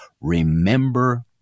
remember